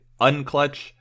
unclutch